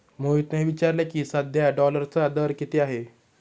मोहितने विचारले की, सध्या डॉलरचा दर किती आहे?